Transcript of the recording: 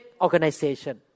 organization